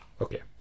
okay